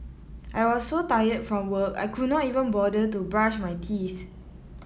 I was so tired from work I could not even bother to brush my teeth